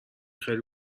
خیلی